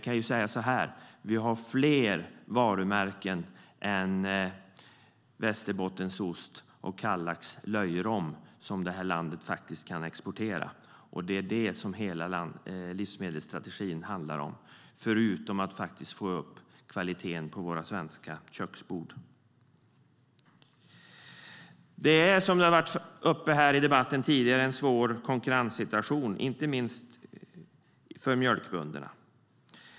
Låt mig dock säga att det är fler varumärken än Västerbottenost och Kalixlöjrom som det här landet kan exportera, och det är vad livsmedelsstrategin handlar om, förutom att få upp kvalitetsmaten på våra svenska köksbord. Det är en svår konkurrenssituation nu, inte minst för mjölkbönderna.